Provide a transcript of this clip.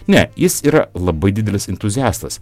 ne jis yra labai didelis entuziastas